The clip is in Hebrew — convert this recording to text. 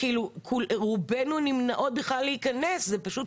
רובנו נמנעות בכלל להיכנס, זה פשוט